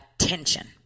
attention